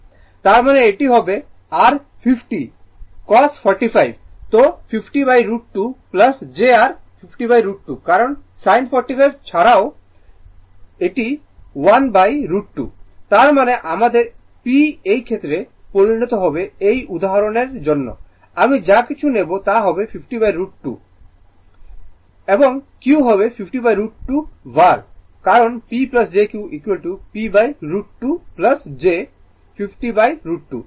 তার মানে এটি হবে r 50 50 cos 45 তো 50√ 2 j r 50√ 2 কারণ sin 45 এছাড়াও 1√ 2 তার মানে আমাদের P এই ক্ষেত্রে পরিণত হবে এই উদাহরণের জন্য আমি যা কিছু নেব তা হবে 50√ 2 ওয়াট এবং Q হবে 50√ 2 var কারণ P jQ 50√ 2 j 50√ 2